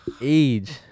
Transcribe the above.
age